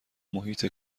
محیط